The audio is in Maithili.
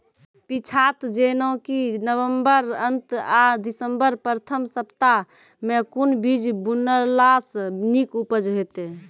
पीछात जेनाकि नवम्बर अंत आ दिसम्बर प्रथम सप्ताह मे कून बीज बुनलास नीक उपज हेते?